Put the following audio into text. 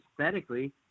aesthetically